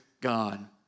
God